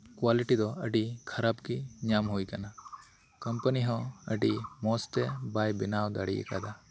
quality ᱫᱚ ᱟᱹᱰᱤ ᱠᱷᱟᱨᱟᱯ ᱜᱮ ᱧᱟᱢ ᱦᱩᱭ ᱟᱠᱟᱱᱟ ᱠᱚᱢᱯᱟᱹᱱᱤ ᱦᱚᱸ ᱟᱹᱰᱤ ᱢᱚᱪᱛᱮ ᱵᱟᱭ ᱵᱮᱱᱟᱣ ᱫᱟᱲᱮᱭᱟᱠᱟᱫᱟ